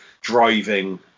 driving